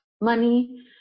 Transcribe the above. money